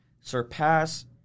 surpass